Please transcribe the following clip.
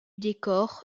décor